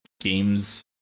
games